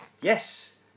Yes